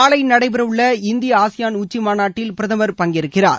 நாளை நடைபெறவுள்ள India ASEAN உச்சி மாநாட்டில் பிரதமர் பங்கேற்கிறார்